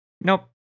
nope